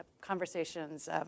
conversations